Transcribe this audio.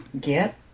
Get